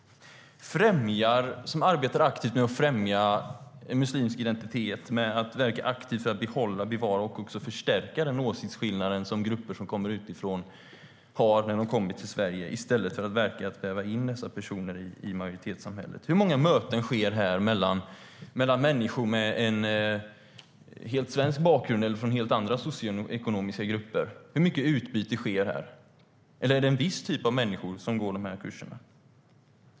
Man arbetar aktivt för att främja en muslimsk identitet och för att behålla, bevara och också förstärka den åsiktsskillnad som grupper som kommer utifrån har när de kommer till Sverige. Det gör man i stället för att verka för att väva in dessa personer i majoritetssamhället. Hur många möten sker här med människor med en helt svensk bakgrund eller från helt andra socioekonomiska grupper? Hur mycket utbyte sker här? Är det en viss typ av människor som går de här kurserna?